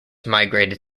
migrated